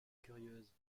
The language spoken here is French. curieuse